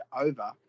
over